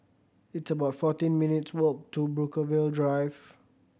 it's about fourteen minutes' walk to Brookvale Drive